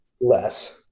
less